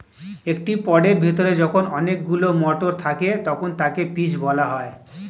একটি পডের ভেতরে যখন অনেকগুলো মটর থাকে তখন তাকে পিজ বলা হয়